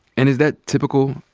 and is that typical,